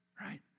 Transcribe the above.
right